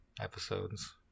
episodes